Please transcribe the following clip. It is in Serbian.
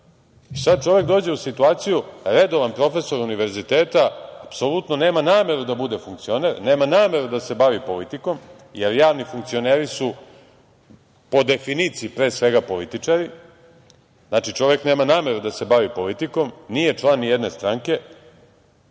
Sad čovek dođe u situaciju, redovan profesor univerziteta, apsolutno nema nameru da bude funkcioner, nema nameru da se bavi politikom, jer javni funkcioneri su po definiciji pre svega političari, znači, čovek nema nameru da se bavi politikom, nije član nijedne stranke,